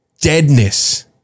deadness